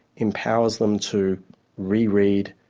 empowers them to re-read,